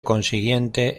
consiguiente